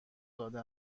داده